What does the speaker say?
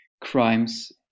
crimes